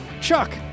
Chuck